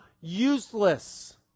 useless